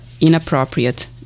inappropriate